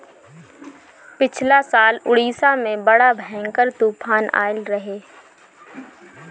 पिछला साल उड़ीसा में बड़ा भयंकर तूफान आईल रहे